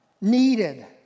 needed